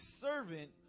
servant